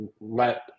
let